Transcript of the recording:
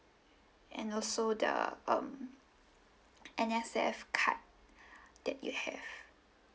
and also the um N_S_F card that you have